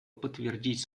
подтвердить